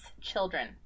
children